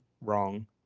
wrong